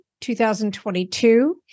2022